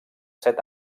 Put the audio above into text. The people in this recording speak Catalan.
set